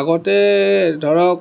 আগতে ধৰক